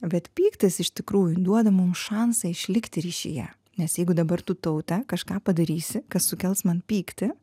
bet pyktis iš tikrųjų duoda mums šansą išlikti ryšyje nes jeigu dabar tu taute kažką padarysi kas sukels man pyktį